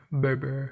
Baby